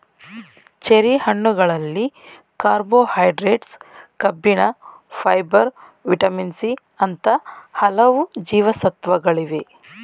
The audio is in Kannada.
ಚೆರಿ ಹಣ್ಣುಗಳಲ್ಲಿ ಕಾರ್ಬೋಹೈಡ್ರೇಟ್ಸ್, ಕಬ್ಬಿಣ, ಫೈಬರ್, ವಿಟಮಿನ್ ಸಿ ಅಂತ ಹಲವು ಜೀವಸತ್ವಗಳಿವೆ